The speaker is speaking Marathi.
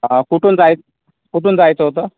कुठून जायच् कुठून जायचं होतं